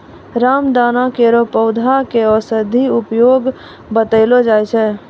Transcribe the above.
रामदाना केरो पौधा क औषधीय उपयोग बतैलो जाय छै